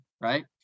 right